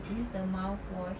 use the mouthwash